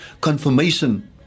confirmation